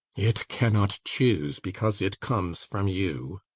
it cannot choose, because it comes from you.